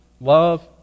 Love